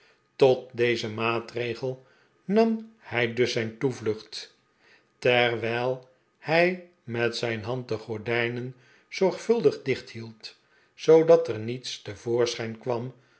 tot dezen maatregel nam hij dus zijn toevlucht terwijl hij met zijn hand de gordijnen zorgvuldig dicht hield zoodat er niets te voorschijn kwam